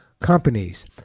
companies